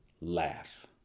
laugh